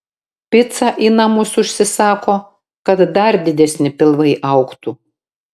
picą į namus užsisako kad dar didesni pilvai augtų